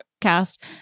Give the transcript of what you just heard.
cast